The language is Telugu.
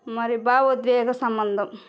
మరి భావోద్వేగ సంబంధం